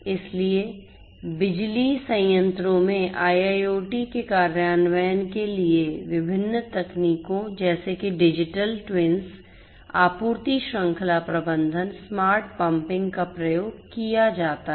इसलिए बिजली संयंत्रों में IIoT के कार्यान्वयन के लिए विभिन्न तकनीकों जैसे कि डिजिटल ट्विन्स आपूर्ति श्रृंखला प्रबंधन स्मार्ट पंपिंग का प्रयोग किया जाता है